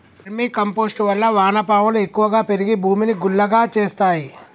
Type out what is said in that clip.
vermi compost వల్ల వాన పాములు ఎక్కువ పెరిగి భూమిని గుల్లగా చేస్తాయి